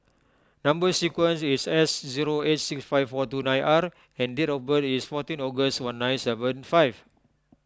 Number Sequence is S zero eight six five four two nine R and date of birth is fourteen August one nine seven five